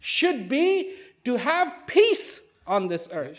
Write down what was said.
should be to have peace on this earth